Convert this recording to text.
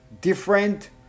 different